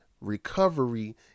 recovery